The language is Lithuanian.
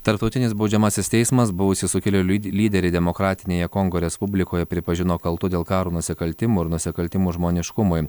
tarptautinis baudžiamasis teismas buvusį sukilėlių lyd lyderį demokratinėje kongo respublikoje pripažino kaltu dėl karo nusikaltimų ir nusikaltimų žmoniškumui